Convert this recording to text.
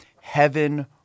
Heaven